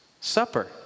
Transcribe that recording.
Supper